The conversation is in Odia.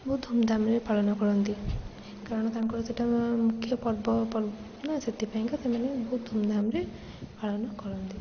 ବହୁତ ଧୂମଧାମରେ ପାଳନ କରନ୍ତି କାରଣ ତାଙ୍କର ସେଇଟା ମୁଖ୍ୟ ପର୍ବ ପର୍ବ ନା ସେଥିପାଇଁକା ସେମାନେ ବହୁତ ଧୁମଧାମରେ ପାଳନ କରନ୍ତି